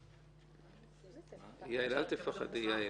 על הדיבור...יעל, אל תפחדי.